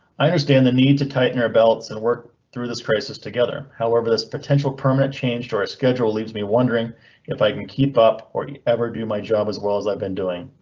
understand the need to tighten our belts and work through this crisis together. however, this potential permanent change dora schedule leaves me wondering if i can keep up or ever do my job as well as i've been doing.